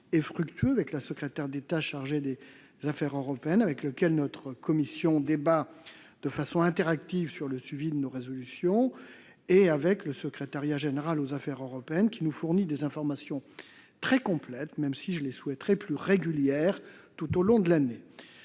et fructueux avec la secrétaire d'État chargée des affaires européennes, avec qui notre commission débat de façon interactive sur le suivi de nos résolutions, et avec le secrétariat général aux affaires européennes, qui nous fournit des informations très complètes, même si je les souhaiterais plus régulières tout au long de l'année.